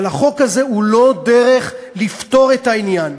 אבל החוק הזה הוא לא דרך לפתור את העניין.